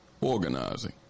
organizing